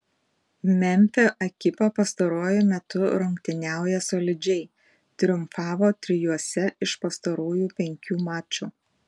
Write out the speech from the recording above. memfio ekipa pastaruoju metu rungtyniauja solidžiai triumfavo trijuose iš pastarųjų penkių mačų